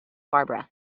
barbara